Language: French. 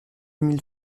mille